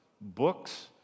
books